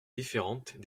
différentes